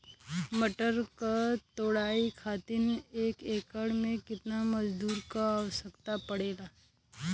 मटर क तोड़ाई खातीर एक एकड़ में कितना मजदूर क आवश्यकता पड़ेला?